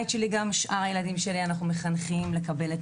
אנחנו מחנכים את כל הילדים שלנו תמיד לקבל את